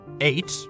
Eight